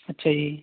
ਅੱਛਾ ਜੀ